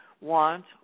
want